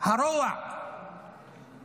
הרוע,) הרוע.